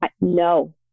No